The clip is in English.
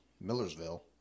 Millersville